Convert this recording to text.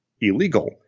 illegal